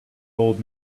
old